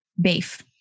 beef